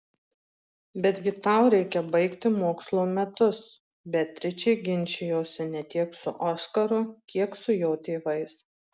betgi tau reikia baigti mokslo metus beatričė ginčijosi ne tiek su oskaru kiek su jo tėvais